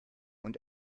und